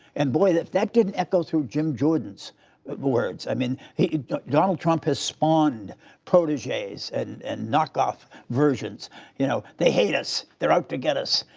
and, boy, that that didn't echo through jim jordan's words. i mean, donald trump has spawned protegees and knockoff versions you know they hate us. they're out to get us.